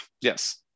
Yes